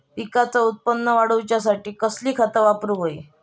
पिकाचा उत्पन वाढवूच्यासाठी कसली खता वापरूक होई?